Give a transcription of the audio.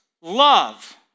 love